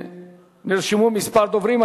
נרשמו כמה דוברים.